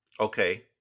Okay